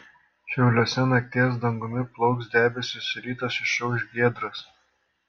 šiauliuose nakties dangumi plauks debesys rytas išauš giedras